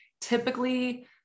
typically